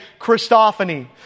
Christophany